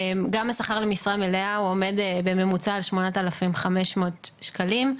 גם השכר למשרה מלאה עומד בממוצע על שמונת אלפים חמש מאות שקלים,